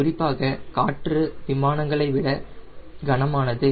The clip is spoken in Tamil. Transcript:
குறிப்பாக காற்று விமானங்களை விட கனமானது